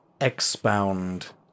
Expound